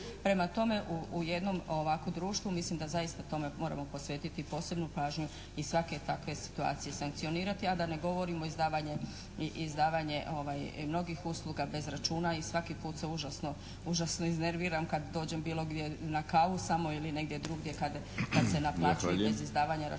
Prema tome u jednom ovakvom društvu mislim da zaista tome moramo posvetiti posebnu pažnju, i svake takve situacije sankcionirati a da ne govorimo o izdavanje mnogih usluga bez računa i svaki put se užasno iznerviram kad dođem bilo gdje na kavu, samo ili negdje drugdje kad se naplaćuje bez izdavanje računa